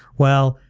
well,